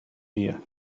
día